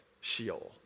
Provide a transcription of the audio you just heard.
Sheol